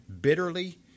bitterly